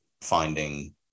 finding